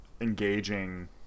engaging